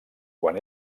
quan